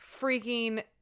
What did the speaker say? freaking